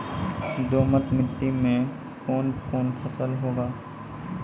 दोमट मिट्टी मे कौन कौन फसल होगा?